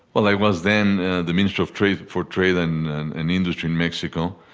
well, i was then the minister of trade for trade and and industry in mexico.